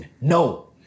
No